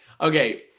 Okay